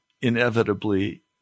inevitably